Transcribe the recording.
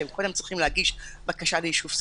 שהן קודם צריכות להגיש בקשה ליישוב סכסוך.